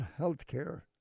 Healthcare